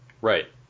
Right